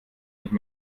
nicht